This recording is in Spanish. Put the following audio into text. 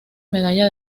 medalla